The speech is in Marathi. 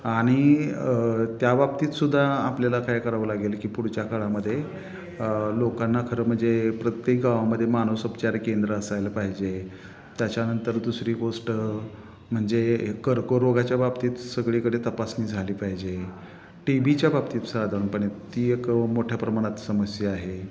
आणि त्या बाबतीत सुद्धा आपल्याला काय करावं लागेल की पुढच्या काळामध्ये लोकांना खरं म्हणजे प्रत्येक गावामध्ये मानसोपचार केंद्र असायला पाहिजे त्याच्यानंतर दुसरी गोष्ट म्हणजे कर्करोगाच्या बाबतीत सगळीकडे तपासणी झाली पाहिजे टी बीच्या बाबतीत साधारणपणे ती एक मोठ्या प्रमाणात समस्या आहे